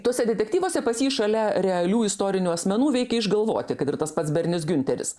tuose detektyvuose pas jį šalia realių istorinių asmenų veikia išgalvoti kad ir tas pats bernis giunteris